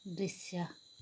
दृश्य